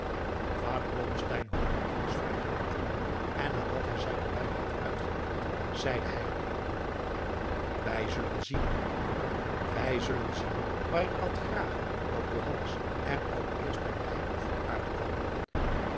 blommesteyn hoorde alles vrij gelaten aan en nadat hij zijne pijp had uitgeklopt zeide hij alleen wij zullen zien moeder wij zullen zien maar ik had graag dat johannes er ook eerst bij mij voor